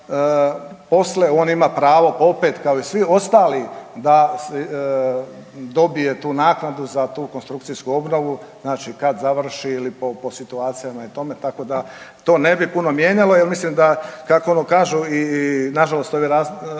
da poslije on ima pravo opet kao i svi ostali da dobije tu naknadu za tu konstrukcijsku obnovu. Znači kad završi ili po situacijama i tome, tako to ne bi puno mijenjalo. Jer mislim da kako ono kažu i na žalost i ovi razorni